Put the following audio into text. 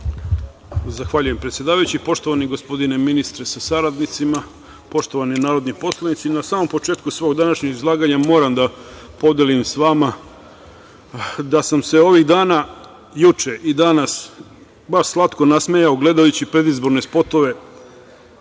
Zahvaljujem predsedavajući. Poštovani gospodine ministre sa saradnicima, poštovani narodni poslanici. Na samom početku svog današnje izlaganja moram da podelim s vama da sam se ovih dana, juče i danas baš slatko nasmejao gledajući predizborne spotove